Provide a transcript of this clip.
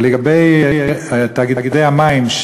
לגבי תאגידי המים,